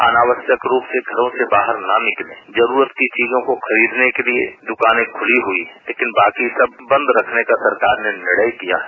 अनावश्यक रूप से घरों से बाहर न निकले जरूरत की चीजों को खरीदने के लिये दुकाने खुली हुई है लेकिन बाकी सब बंद रखने का सरकार ने निर्णय किया है